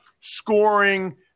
scoring